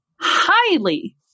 highly